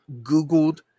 Googled